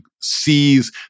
sees